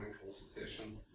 consultation